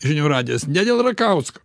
žinių radijas ne dėl rakausko